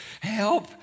help